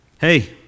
hey